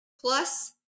Plus